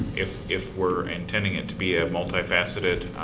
if if we're intending it to be a multifaceted,